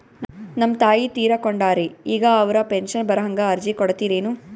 ನಮ್ ತಾಯಿ ತೀರಕೊಂಡಾರ್ರಿ ಈಗ ಅವ್ರ ಪೆಂಶನ್ ಬರಹಂಗ ಅರ್ಜಿ ಕೊಡತೀರೆನು?